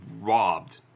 robbed